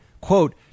quote